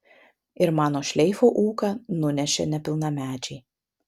ir mano šleifo ūką nunešė nepilnamečiai